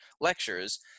lectures